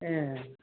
ए